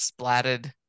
splatted